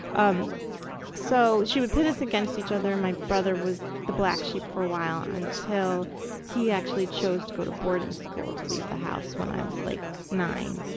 um so she would pit us against each other and my brother was the black sheep for a while until he actually chose to go to boarding school to leave the house when i was like nine,